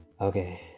okay